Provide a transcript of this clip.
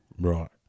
Right